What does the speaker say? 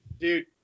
Dude